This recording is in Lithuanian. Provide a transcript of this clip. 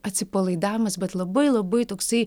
atsipalaidavimas bet labai labai toksai